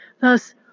Thus